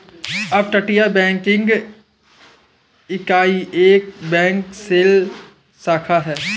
अपतटीय बैंकिंग इकाई एक बैंक शेल शाखा है